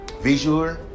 visual